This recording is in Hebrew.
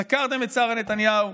חקרתם את שרה נתניהו,